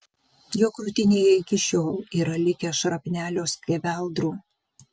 jo krūtinėje iki šiol yra likę šrapnelio skeveldrų